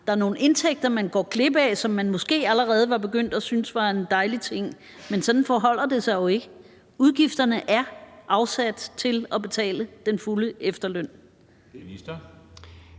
Der er nogle indtægter, man går glip af, som man måske allerede var begyndt at synes var en dejlig ting, men sådan forholder det sig jo ikke. Pengene er afsat til at betale den fulde efterløn.